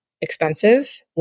Expensive